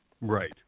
Right